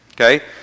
okay